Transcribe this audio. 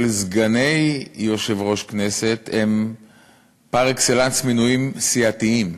סגני יושב-ראש הכנסת הם פר-אקסלנס מינויים סיעתיים,